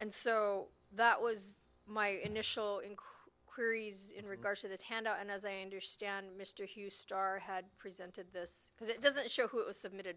and so that was my initial increase in regards to this handle and as i understand mr hughes starr had presented this because it doesn't show who it was submitted